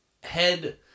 head